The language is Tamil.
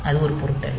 அது ஒரு பொருட்டல்ல